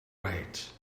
right